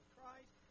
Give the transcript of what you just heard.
Christ